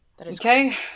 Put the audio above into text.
okay